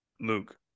Luke